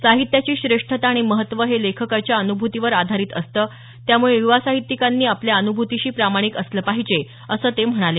साहित्याची श्रेष्ठता आणि महत्त्व हे लेखकाच्या अनुभूतीवर आधारित असतं त्यामुळे युवा साहित्यिकांनी आपल्या अनुभूतीशी प्रामाणिक असलं पाहिजे असं ते म्हणाले